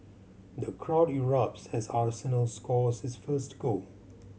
the crowd erupts as Arsenal score its first goal